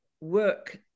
work